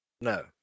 No